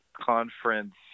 conference